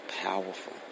powerful